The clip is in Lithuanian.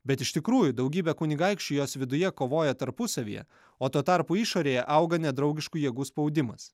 bet iš tikrųjų daugybė kunigaikščių jos viduje kovoja tarpusavyje o tuo tarpu išorėje auga nedraugiškų jėgų spaudimas